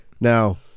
Now